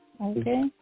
Okay